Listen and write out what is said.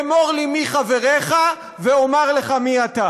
אמור לי מי חבריך ואומר לך מי אתה.